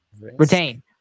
Retain